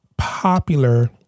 popular